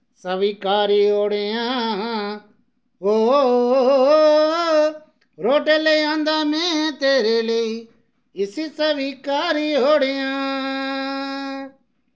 स्वीकारी ओड़ेआं ओ रुट्ट लेआंदा मैं तेरे लेई इसी स्वीकारी ओड़ेआं